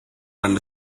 and